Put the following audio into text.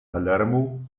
palermo